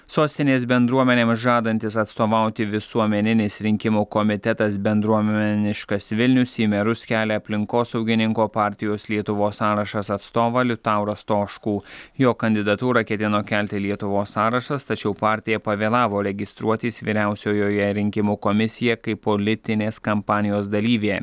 sostinės bendruomenėm žadantis atstovauti visuomeninis rinkimų komitetas bendruomeniškas vilnius į merus kelia aplinkosaugininko partijos lietuvos sąrašas atstovą liutaurą stoškų jo kandidatūrą ketino kelti lietuvos sąrašas tačiau partija pavėlavo registruotis vyriausiojoje rinkimų komisija kaip politinės kampanijos dalyvė